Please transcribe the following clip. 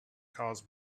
caused